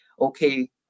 okay